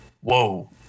whoa